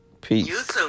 Peace